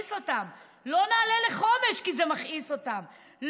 כי זה מכעיס אותם,